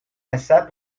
massat